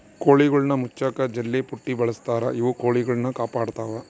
ಕೋಳಿಗುಳ್ನ ಮುಚ್ಚಕ ಜಲ್ಲೆಪುಟ್ಟಿ ಬಳಸ್ತಾರ ಇವು ಕೊಳಿಗುಳ್ನ ಕಾಪಾಡತ್ವ